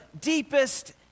deepest